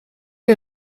est